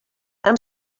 amb